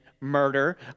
murder